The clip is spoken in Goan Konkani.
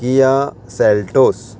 किया सॅल्टोस